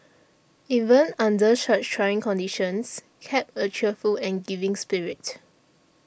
even under such trying conditions kept a cheerful and giving spirit